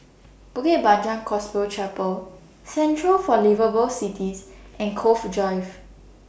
Bukit Panjang Gospel Chapel Centre For Liveable Cities and Cove Drive